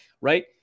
right